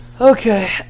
Okay